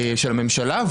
של הממשלה?